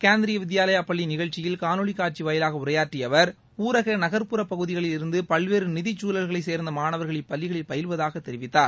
கேந்திரீய வித்பாலாய பள்ளி நிகழ்ச்சியில் காணொலி காட்சி வாயிலாக உரையாற்றிய அவர் ஊரக நகர்புற பகுதிகளில் இருந்து பல்வேறு நிதிக்குழல்களை சேர்ந்த மாணவர்கள் இப்பள்ளிகளில் பயில்வதாக தெரிவித்தார்